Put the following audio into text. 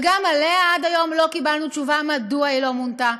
וגם עליה עד היום לא קיבלנו תשובה מדוע היא לא מונתה.